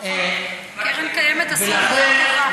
קרן קיימת עשו עבודה טובה.